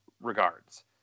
regards